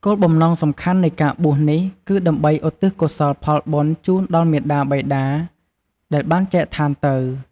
គោលបំណងសំខាន់នៃការបួសនេះគឺដើម្បីឧទ្ទិសកុសលផលបុណ្យជូនដល់មាតាបិតាដែលបានចែកឋានទៅ។